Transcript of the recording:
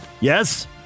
Yes